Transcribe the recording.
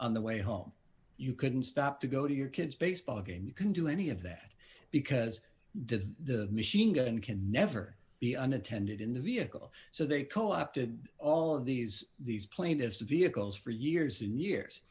on the way home you couldn't stop to go to your kid's baseball game you can do any of that because the machine gun can never be unattended in the vehicle so they co opted all of these these plaintiffs vehicles for years and years